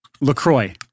LaCroix